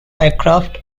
aircraft